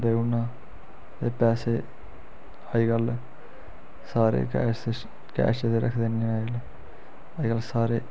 ते हून एह् पैसे अज्जकल सारे कैश ते कैश ते रखदे नी हैन अज्जकल सारे